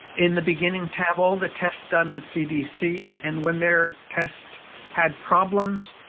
in the beginning to have all the tests done at cdc. and when their test had problems,